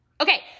Okay